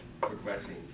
progressing